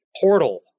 portal